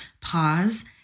pause